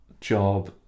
job